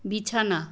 বিছানা